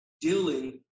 dealing